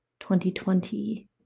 2020